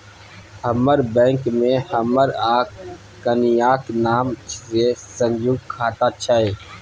हमर बैंक मे हमर आ कनियाक नाम सँ संयुक्त खाता छै